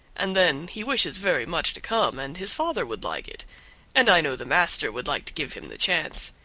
and then he wishes very much to come, and his father would like it and i know the master would like to give him the chance.